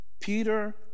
Peter